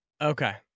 Okay